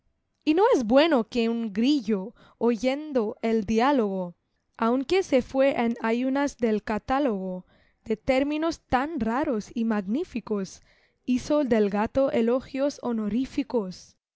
y no es bueno que un grillo oyendo el diálogo aunque se fué en ayunas del catálogo de términos tan raros y magníficos hizo del gato elogios honoríficos